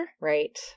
Right